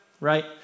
Right